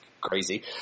crazy